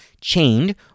chained